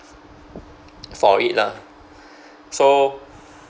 for it lah so